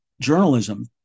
journalism